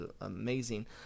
amazing